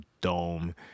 dome